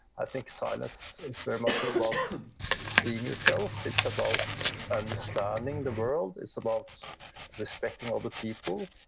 i think silence is very much about seeing yourself, it's about understanding the world, it's about respecting other people,